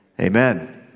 Amen